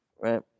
right